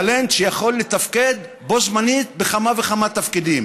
טאלנט שיכול לתפקד בו בזמן בכמה וכמה תפקידים.